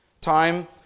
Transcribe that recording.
Time